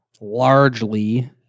largely